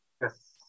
Yes